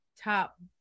top